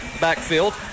backfield